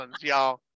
y'all